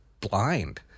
blind